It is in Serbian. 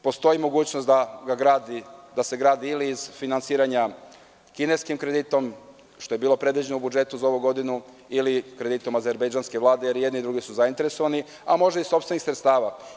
Postoji mogućnost da se gradi ili iz finansiranja kineskim kreditom, što je bilo predviđeno u budžetu za ovu godinu ili kreditom azerbejdžanske Vlade, jer i jedni i drugi su zainteresovani, a može i iz sopstvenih sredstava.